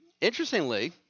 interestingly